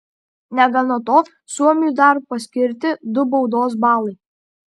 negana to suomiui dar paskirti du baudos balai